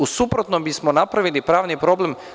U suprotnom bismo napravili pravni problem.